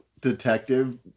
detective